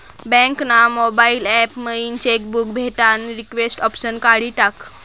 bank ना mobile app मयीन cheque book भेटानं रिक्वेस्ट ऑप्शन काढी टाकं